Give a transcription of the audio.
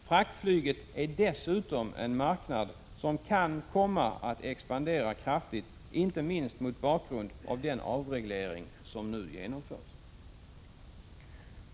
Fraktflyget är dessutom en marknad som kan komma att expandera kraftigt inte minst mot bakgrund av den avreglering som nu genomförs.